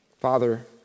Father